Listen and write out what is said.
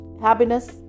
happiness